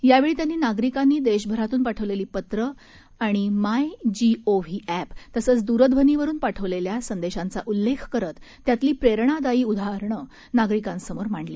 यावेळीमोदीयांनीनागरिकांनीदेशभरतूनपाठवलेलीपत्र आणिमायजीओव्हीअॅप तसंचदूरध्वनीवरूनपाठवलेल्यासंदेशांचाउल्लेखकरत त्यातलीप्रेरणादायीउदाहरणंनागरिकांसमोरमांडली